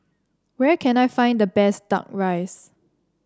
where can I find the best duck rice